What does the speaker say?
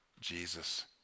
Jesus